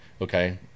Okay